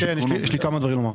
יש לי כמה דברים לומר.